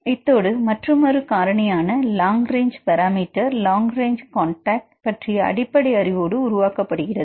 இத்தோடு மற்றுமொரு காரணியான long range parameter long range contact பற்றிய அடிப்படை அறிவோடு உருவாக்கப்படுகிறது